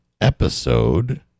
episode